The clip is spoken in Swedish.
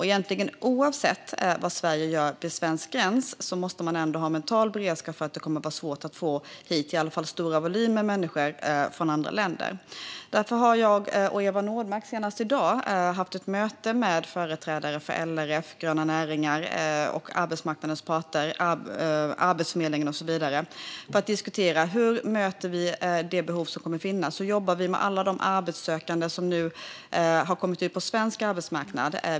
Egentligen oavsett vad Sverige gör vid svensk gräns måste man ändå ha en mental beredskap för att det kommer att vara svårt att få hit i alla fall stora volymer med människor från andra länder. Därför har jag och Eva Nordmark senast i dag haft ett möte med företrädare för LRF, gröna näringar, arbetsmarknadens parter, Arbetsförmedlingen och så vidare för att diskutera hur vi ska möta det behov som kommer att finnas. Hur jobbar vi med alla de arbetssökande som nu har kommit ut på svensk arbetsmarknad?